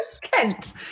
Kent